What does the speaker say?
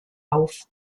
auf